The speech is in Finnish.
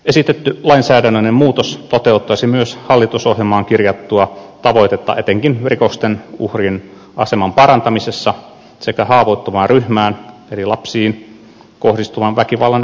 esitetty lainsäädännöllinen muutos toteuttaisi myös hallitusohjelmaan kirjattua tavoitetta etenkin rikosten uhrien aseman parantamisessa sekä haavoittuvaan ryhmään eli lapsiin kohdistuvan väkivallan ehkäisyssä